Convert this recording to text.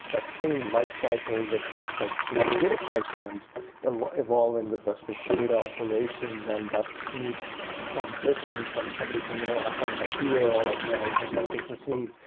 that same lifecycle with respect to data pipelines and evolving with respect to of data operations and that smooth transition from somebody saying, you know i have an idea, or like you know i have this business need.